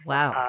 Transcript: Wow